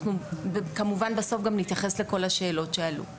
וכמובן בסוף גם נתייחס לכל השאלות שעלו.